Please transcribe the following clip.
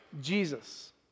Jesus